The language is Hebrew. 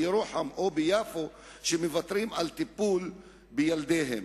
בירוחם או ביפו שמוותרים על טיפול בילדיהם,